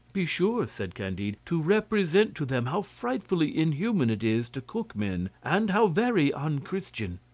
be sure, said candide, to represent to them how frightfully inhuman it is to cook men, and how very un-christian.